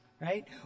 right